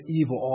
evil